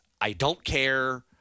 I-don't-care